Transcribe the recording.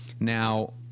Now